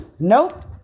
Nope